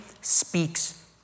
speaks